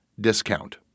discount